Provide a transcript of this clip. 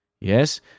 Yes